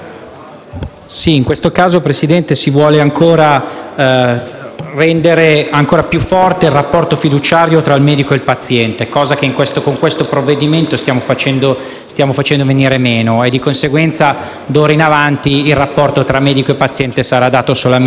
rendere ancora più forte il rapporto fiduciario tra il medico e il paziente, cosa che con questo provvedimento stiamo facendo venire meno. Di conseguenza, d'ora in avanti il rapporto tra medico e paziente sarà dato solo dalle disposizioni anticipate di trattamento su qualsiasi cosa.